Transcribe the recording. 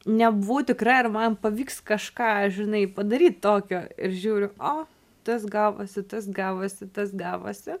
nebuvau tikra ar man pavyks kažką žinai padaryt tokio ir žiūriu o tas gavosi tas gavosi tas gavosi